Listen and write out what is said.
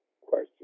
question